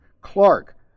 Clark